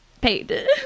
paid